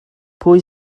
pwy